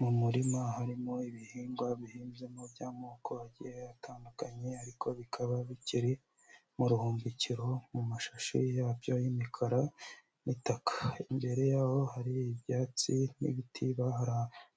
Mu murima harimo ibihingwa bihinzemo by'amoko agiye atandukanye ariko bikaba bikiri mu ruhumbikiro, mu mashashi yabyo y'imikara n'itaka, imbere yaho hari ibyatsi n'ibiti